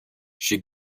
she